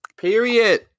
Period